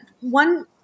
one